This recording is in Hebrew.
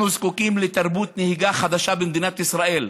אנחנו זקוקים לתרבות נהיגה חדשה במדינת ישראל.